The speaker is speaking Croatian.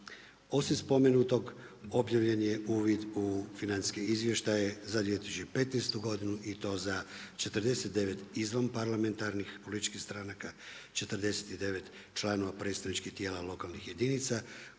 Osim spomenutog, objavljen je uvid u financijske izvještaje za 2015. godinu i to za 49 izvan parlamentarnih političkih stranaka 49 članova predstavničkih tijela lokalnih jedinica